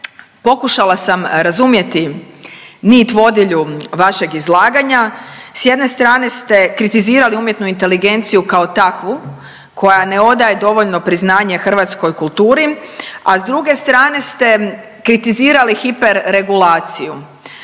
Pokušala sam razumjeti nit vodilju vašeg izlaganja, s jedne strane ste kritizirali umjetnu inteligenciju kao takvu koja ne odaje dovoljno priznanje hrvatskoj kulturi, a s druge strane ste kritizirali hiperregulaciju.